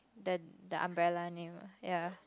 the the umbrella name ah ya